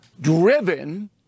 driven